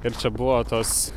ir čia buvo tos